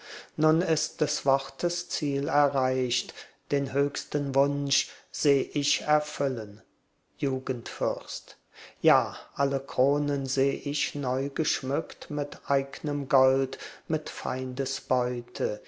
nun ist des wortes ziel erreicht den höchsten wunsch seh ich erfüllen jugendfürst ja alle kronen seh ich neu geschmückt mit eignem gold mit